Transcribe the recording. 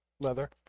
Leather